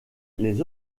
les